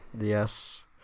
Yes